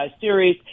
series